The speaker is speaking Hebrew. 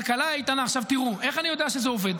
כלכלה איתנה, עכשיו תראו, איך אני יודע שזה עובד?